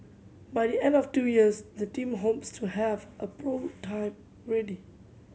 by the end of two years the team hopes to have a ready